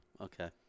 Okay